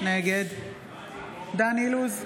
נגד דן אילוז,